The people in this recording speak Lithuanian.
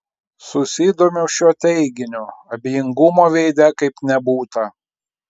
susidomiu šiuo teiginiu abejingumo veide kaip nebūta